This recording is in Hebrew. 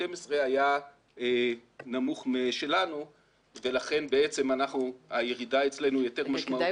היה נמוך משלנו ולכן בעצם הירידה אצלנו היא יותר משמעותית.